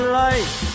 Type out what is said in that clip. life